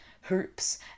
hoops